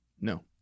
No